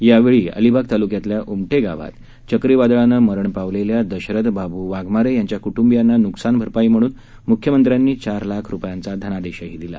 यावेळी अलिबाग तालुक्यातील उमटे गावात चक्रीवादळामुळे मरण पावलेल्या दशरथ बाबू वाघमारे यांच्या कुटुंबियांना नुकसान भरपाई म्हणून मुख्यमंत्र्यांनी चार लाख रुपयांचा धनादेशही दिला